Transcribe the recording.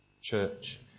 church